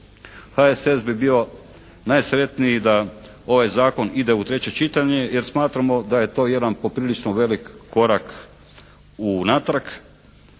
HSS bi bio najsretniji da ovaj zakon ide u treće čitanje jer smatramo da je to jedan poprilično veliki korak unatrag.